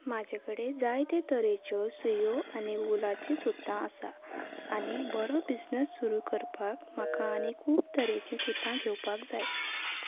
म्हाजे कडेन जायते तरेच्यो सुयो आनी उलाचीं सुतां आसा आनी बरो बिजनस सुरू करपाक म्हाका आनी खूब तरेचीं सुतां घेवपाक जाय